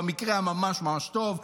במקרה הממש-ממש טוב,